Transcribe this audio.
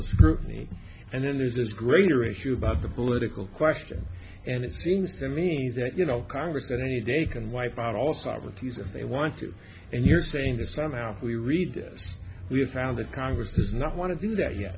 of scrutiny and then there's this greater issue about the political question and it seems to me that you know congress that any day can wipe out all sovereignties if they want to and you're saying to somehow if we read this we have found that congress does not want to do that yet